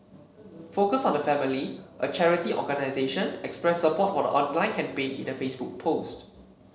focus on the Family a charity organisation expressed support for the online campaign in a Facebook post